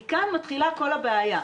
מכאן מתחילה כל הבעיה.